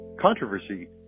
controversy